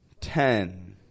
ten